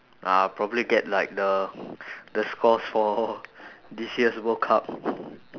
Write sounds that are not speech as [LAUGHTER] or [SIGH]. I'll probably get like the [BREATH] the scores for this year's world cup